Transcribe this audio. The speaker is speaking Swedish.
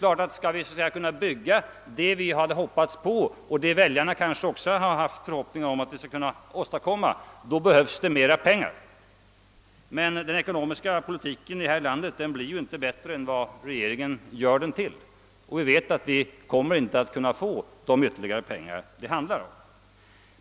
Skall vi kunna bygga det vi hade hoppats kunna bygga och det som också väljarna hade förhoppningar om att vi skulle kunna åstadkomma, behövs det mera pengar, men den ekonomiska politiken här i landet blir inte bättre än regeringen gör den, och vi vet att vi inte kommer att kunna få de ytterligare pengar som behövs.